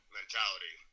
mentality